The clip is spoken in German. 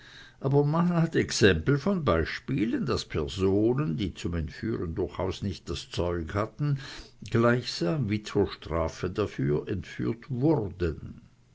aber man hat exempel von beispielen daß personen die zum entführen durchaus nicht das zeug hatten gleichsam wie zur strafe dafür entführt wurden